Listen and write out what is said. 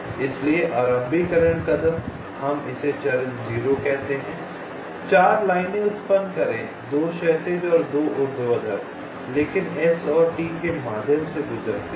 इसलिए आरंभीकरण कदम हम इसे चरण 0 कहते हैं 4 लाइनें उत्पन्न करें 2 क्षैतिज और 2 ऊर्ध्वाधर जोकि S और T के माध्यम से गुजरते हैं